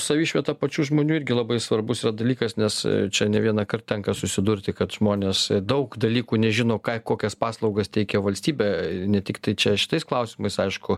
savišvieta pačių žmonių irgi labai svarbus yra dalykas nes čia ne vienąkart tenka susidurti kad žmonės daug dalykų nežino ką kokias paslaugas teikia valstybė ne tiktai čia šitais klausimais aišku